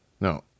No